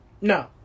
No